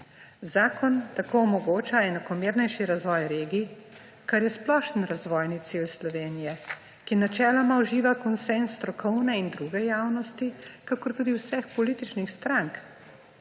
Zakon tako omogoča enakomernejši razvoj regij, kar je splošen razvojni cilj Slovenije, ki načeloma uživa konsenz strokovne in druge javnosti kot tudi vseh političnih strank.